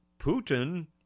Putin